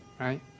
Right